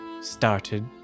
started